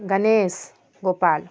Ganesh Gopal